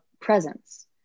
presence